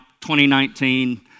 2019